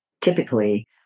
typically